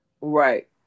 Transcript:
Right